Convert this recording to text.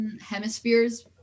Hemispheres